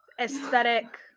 aesthetic